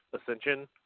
Ascension